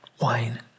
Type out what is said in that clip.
wine